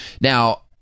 Now